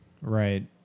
Right